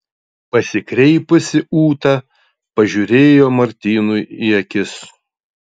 pasikreipusi ūta pažiūrėjo martynui į akis